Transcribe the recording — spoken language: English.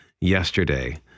yesterday